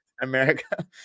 America